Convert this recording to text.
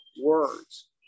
words